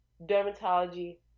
dermatology